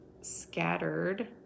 scattered